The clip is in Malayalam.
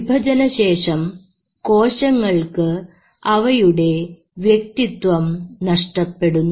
വിഭജന ശേഷം കോശങ്ങൾക്ക് അവയുടെ വ്യക്തിത്വം നഷ്ടപ്പെടുന്നു